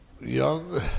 young